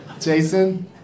Jason